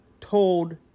told